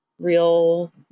real